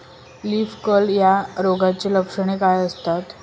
Leaf curl या रोगाची लक्षणे काय असतात?